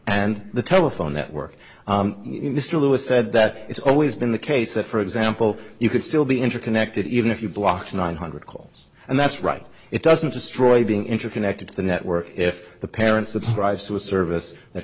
and the telephone network mr lewis said that it's always been the case that for example you could still be interconnected even if you block one hundred calls and that's right it doesn't destroy being interconnected to the network if the parent subscribes to a service that